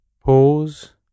pause